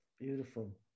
Beautiful